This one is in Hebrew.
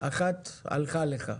אחת הלכה לך.